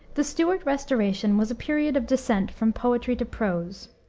the stuart restoration was a period of descent from poetry to prose,